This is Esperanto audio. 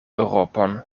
eŭropon